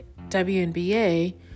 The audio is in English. WNBA